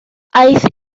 aeth